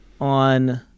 on